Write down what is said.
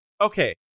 Okay